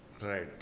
Right